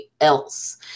else